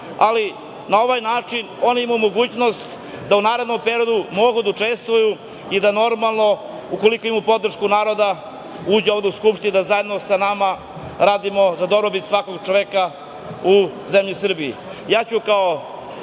ali na ovaj način oni imaju mogućnost da u narednom periodu mogu da učestvuju i da normalno, ukoliko imaju podršku naroda uđu ovde u Skupštinu da zajedno sa nama radimo za dobrobit svakog čoveka u zemlji Srbiji. Ja